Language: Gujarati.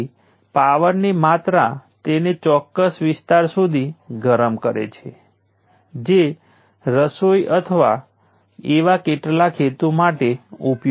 મારે તે રીતે બનવા માટે IR ની દિશા પસંદ કરવી પડશે જેથી આ રઝિસ્ટર માટે પેસિવ સાઇન કન્વેન્શનને અનુસરે